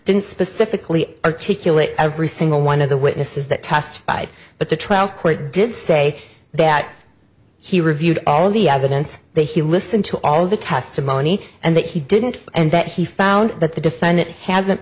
didn't specifically articulate every single one of the witnesses that testified but the trial court did say that he reviewed all the evidence they he listened to all the testimony and that he didn't and that he found that the defendant hasn't